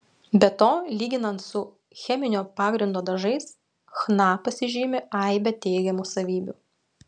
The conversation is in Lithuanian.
be to lyginant su cheminio pagrindo dažais chna pasižymi aibe teigiamų savybių